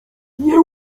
nie